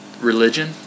Religion